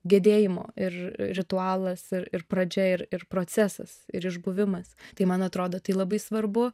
gedėjimo ir ritualas ir ir pradžia ir procesas ir išbuvimas tai man atrodo tai labai svarbu